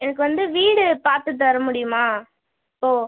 எனக்கு வந்து வீடு பார்த்து தர முடியுமா ஒ